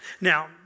Now